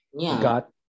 got